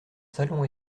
salon